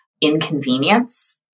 inconvenience